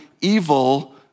evil